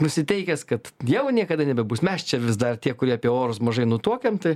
nusiteikęs kad jau niekada nebebus mes čia vis dar tie kurie apie orus mažai nutuokiam tai